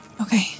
Okay